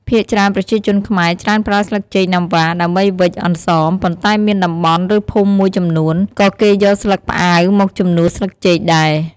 ភាគច្រើនប្រជាជនខ្មែរ ច្រើនប្រើស្លឹកចេកណាំវ៉ា ដើម្បីវេច «អន្សម» ប៉ុន្តែមានតំបន់ ឬភូមិមួយចំនួន ក៏គេយកស្លឹកផ្អាវមកជំនួសស្លឹកចេកដែរ។